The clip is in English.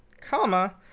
comma,